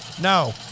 No